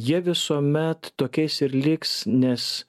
jie visuomet tokiais ir liks nes